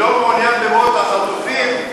לא מעוניין במות החטופים,